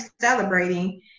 celebrating